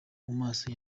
maso